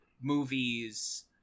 movies